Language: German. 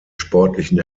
sportlichen